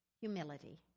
Humility